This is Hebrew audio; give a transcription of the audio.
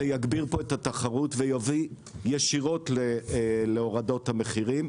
זה יגביר את התחרות ויוביל ישירות להורדות המחירים.